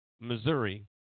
Missouri